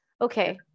Okay